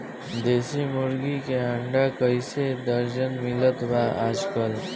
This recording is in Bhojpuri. देशी मुर्गी के अंडा कइसे दर्जन मिलत बा आज कल?